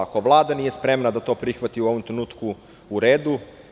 Ako Vlada nije spremna da to prihvati u ovom trenutku, u redu.